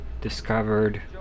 discovered